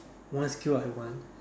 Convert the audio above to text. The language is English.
one skill I want